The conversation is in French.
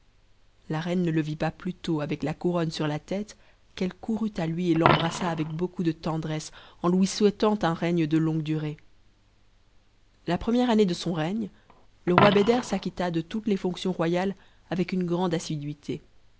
la reine ne le vit pas plutôt avec la couronne sur la tête qu'elle courut à lui et t'cmttrassa avec heaucuuj tendresse en lui souhaitant un règne de longue durée la première année de son règne le roi beder s'acquitta de toutes h s fonctions royales avec une grande assiduité